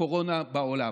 בקורונה בעולם.